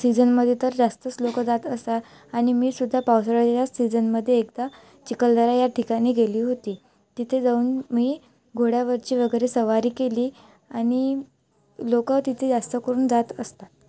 सीजनमध्ये तर जास्तच लोक जात असतात आणि मी सुद्धा पावसाळ्याच्याच सीझनमध्ये एकदा चिखलदरा या ठिकाणी गेली होती तिथे जाऊन मी घोड्यावरची वगैरे सवारी केली आणि लोक तिथे जास्त करून जात असतात